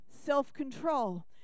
self-control